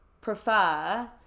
prefer